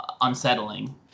unsettling